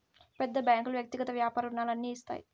పెద్ద బ్యాంకులు వ్యక్తిగత వ్యాపార రుణాలు అన్ని ఇస్తాయి